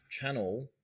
channel